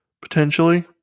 potentially